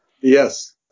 Yes